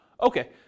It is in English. okay